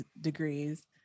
degrees